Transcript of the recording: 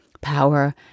power